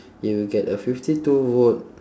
if you get a fifty two volt